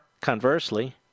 conversely